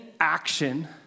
action